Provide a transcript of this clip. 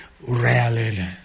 rarely